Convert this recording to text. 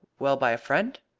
well, by a friend?